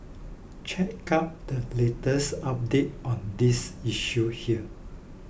check out the latest update on this issue here